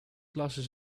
glasses